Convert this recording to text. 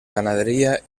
ganadería